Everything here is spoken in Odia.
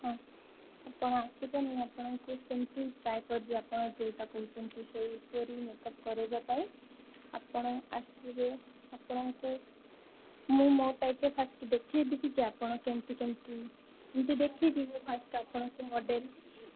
ହଁ ଆପଣ ଆସିବେ ମୁଁ ଆପଣଙ୍କୁ କେମିତି ଟ୍ରାଏ କରିବି ଆପଣ ଯୋଉଟା କହୁଛନ୍ତି ସେଇପରି ମେକଅପ କରେଇବା ପାଇଁ ଆପଣ ଆସିବେ ଆପଣଙ୍କୁ ମୁଁ ମୋ ଟାଇପର ଫାଷ୍ଟ ଦେଖେଇବିଯେ ଆପଣ କେମିତି କେମିତି ଯଦି ଦେଖିବେ ଫାଷ୍ଟ ଆପଣଙ୍କ ମଡେଲ